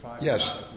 Yes